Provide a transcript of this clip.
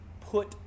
put